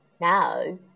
Now